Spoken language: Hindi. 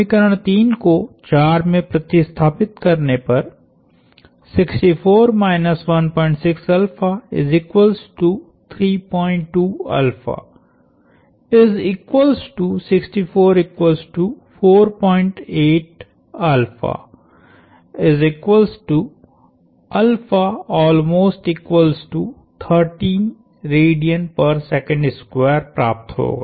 समीकरण 3 को 4 में प्रतिस्थापित करने पर प्राप्त होगा